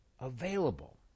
available